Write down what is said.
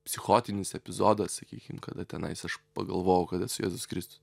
psichotinis epizodas sakykim kada tenais aš pagalvojau kad esu jėzus kristus